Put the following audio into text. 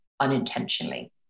unintentionally